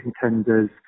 contenders